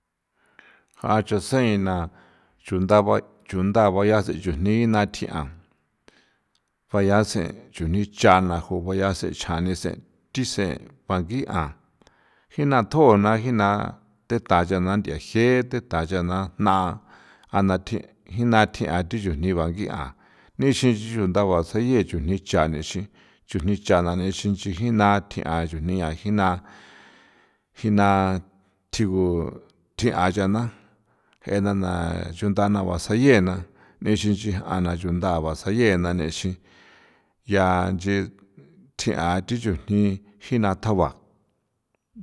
Ja chasen na chunda ba chunda ba ya sen chujni thia baya sena chujni cha'na juga sana chje jine thi see bang'i jina'a tjuna jina thethancha ntha je ntha ya na jaña tjian thi chujni bajian nixin nchi chunda baya sen chujni chane basañe nicjan nane ixin jiña tjian chujni yaa jinaa tjigu tji a ya na ja chuntha baseñe nixin ya nchi tjia thi chujni jina tjaba.